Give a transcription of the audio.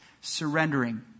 surrendering